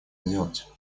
сделать